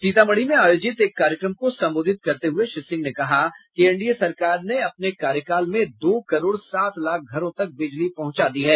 सीतामढ़ी में आयोजित एक कार्यक्रम को संबोधित करते हुए श्री सिंह ने कहा कि एनडीए सरकार ने अपने कार्यकाल में दो करोड़ सात लाख घरों तक बिजली पहुंचा दी है